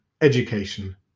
education